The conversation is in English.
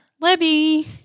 Libby